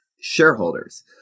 shareholders